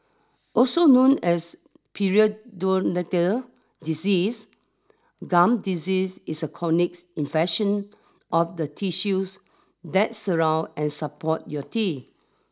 also known as periodontal disease gum disease is a chronic infection of the tissues that surround and support your teeth